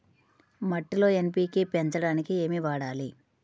మట్టిలో ఎన్.పీ.కే పెంచడానికి ఏమి వాడాలి?